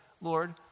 Lord